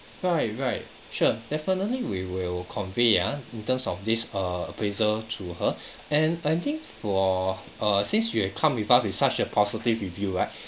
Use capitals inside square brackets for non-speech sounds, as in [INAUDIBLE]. right right sure definitely we will convey ah in terms of this err appraisal to her and I think for err since you come with us with such a positive review right [BREATH]